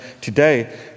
today